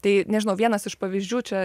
tai nežinau vienas iš pavyzdžių čia